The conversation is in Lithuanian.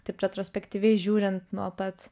taip retrospektyviai žiūrint nuo pat